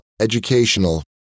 educational